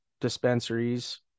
dispensaries